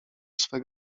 swe